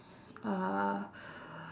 uh